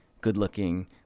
good-looking